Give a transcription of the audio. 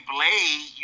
Blade